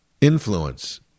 influence